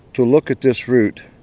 to look at this root,